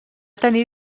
tenir